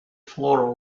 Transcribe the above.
flora